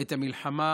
את המלחמה